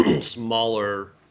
smaller